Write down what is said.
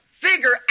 figure